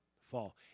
Fall